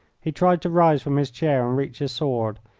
he tried to rise from his chair and reach his sword,